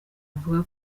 avuga